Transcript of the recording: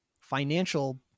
financial